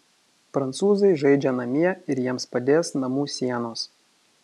prancūzai žaidžia namie ir jiems padės namų sienos